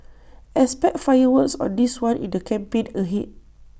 expect fireworks on this one in the campaign ahead